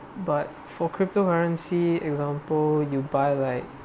but for crypto currency example you buy like